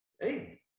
Hey